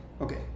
Okay